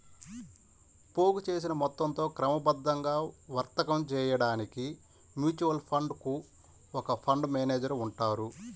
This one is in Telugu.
పోగుచేసిన మొత్తంతో క్రమబద్ధంగా వర్తకం చేయడానికి మ్యూచువల్ ఫండ్ కు ఒక ఫండ్ మేనేజర్ ఉంటారు